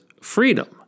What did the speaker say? freedom